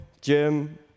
Jim